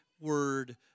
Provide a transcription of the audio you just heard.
word